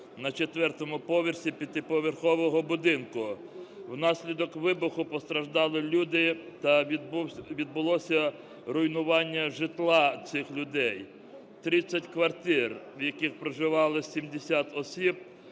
на 4 поверсі п'ятиповерхового будинку. Внаслідок вибуху постраждали люди та відбулося руйнування житла цих людей. 30 квартир, в яких проживало 70 осіб,